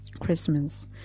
Christmas